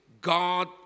God